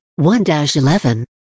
1-11